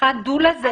לקחה דולה,